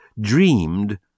dreamed